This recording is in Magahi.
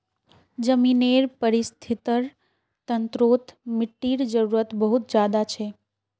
ज़मीनेर परिस्थ्तिर तंत्रोत मिटटीर जरूरत बहुत ज़्यादा छे